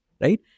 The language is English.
right